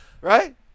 Right